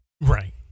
Right